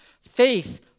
faith